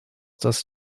dass